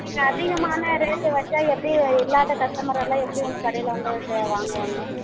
நீங்கள் அதிகமான ரேட்டு வச்சால் எப்படி இல்லாத கஷ்டமர் எல்லாம் எப்படி உங்கள் கடையில வந்து வாங்குவாங்க